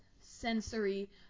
Sensory